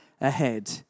ahead